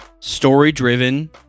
Story-driven